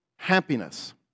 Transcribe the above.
Happiness